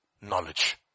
Knowledge